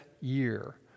year